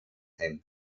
him